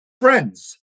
friends